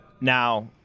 Now